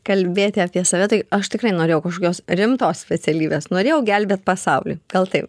kalbėti apie save tai aš tikrai norėjau kažkokios rimtos specialybės norėjau gelbėt pasaulį gal taip